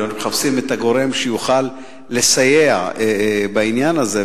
אנחנו מחפשים את הגורם שיוכל לסייע בעניין הזה,